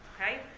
Okay